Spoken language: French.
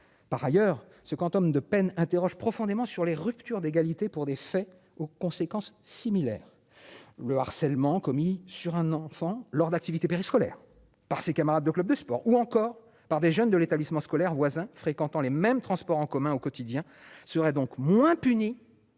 par ailleurs ce quantum de peine interroge profondément sur les ruptures d'égalité pour des faits aux conséquences similaires, le harcèlement commis sur un enfant lors d'activités périscolaires par ses camarades de club de sport ou encore par des jeunes de l'établissement scolaire voisin fréquentant les mêmes transports en commun au quotidien seraient donc moins punis